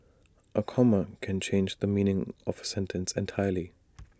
A comma can change the meaning of A sentence entirely